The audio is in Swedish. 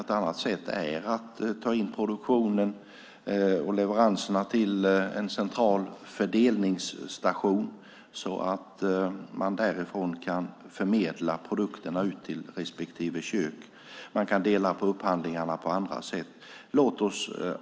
Ett annat sätt är att ta in produktionen och leveranserna till en central fördelningsstation så att man därifrån kan förmedla produkterna ut till respektive kök. Man kan dela på upphandlingarna på andra sätt också.